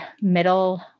middle